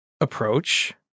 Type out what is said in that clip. approach